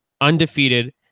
undefeated